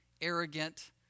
arrogant